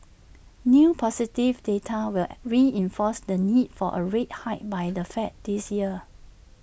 new positive data will reinforce the need for A rate hike by the fed this year